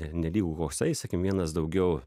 ne nelygu koksai sakim vienas daugiau